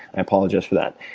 i apologize for that.